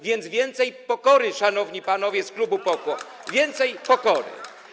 Więc więcej pokory, szanowni panowie z klubu PO-KO, więcej pokory.